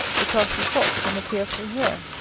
the crafty fox, and the fearful hare!